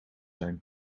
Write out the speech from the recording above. zijn